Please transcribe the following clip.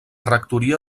rectoria